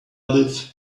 live